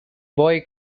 boy